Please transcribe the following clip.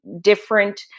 different